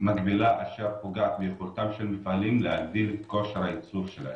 מגבלה אשר פוגעת ביכולתם של מפעלים להגדיל את כושר הייצור שלהם,